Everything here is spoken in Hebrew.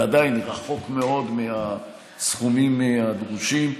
ועדיין רחוק מאוד מהסכומים הדרושים.